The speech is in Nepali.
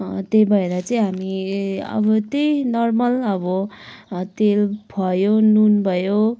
त्यही भएर चाहिँ हामी अब त्यही नर्मल अब तेल भयो नुन भयो